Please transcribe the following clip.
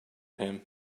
him